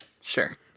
Sure